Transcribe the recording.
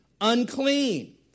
unclean